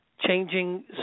changing